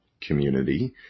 community